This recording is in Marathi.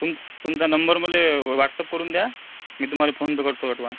तुम तुमचा नंबर मला वॉट्सअप करून द्या मी तुमाला फोनपे करतो अडवान्स